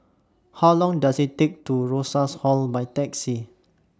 How Long Does IT Take to Rosas Hall By Taxi